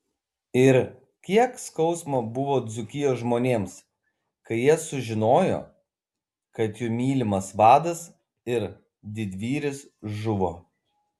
ir kiek skausmo buvo dzūkijos žmonėms kai jie sužinojo kad jų mylimas vadas ir didvyris žuvo